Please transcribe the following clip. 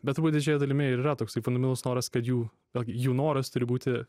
bet turbūt didžiąja dalimi ir yra toks fundamentalus noras kad jų vėlgi jų noras turi būti